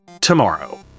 tomorrow